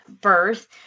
birth